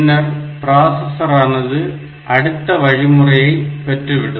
பின்னர் பிராசஸரானது அடுத்த வழிமுறையை பெற்றுவிடும்